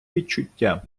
відчуття